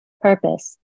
Purpose